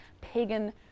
pagan